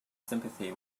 sympathy